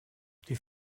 die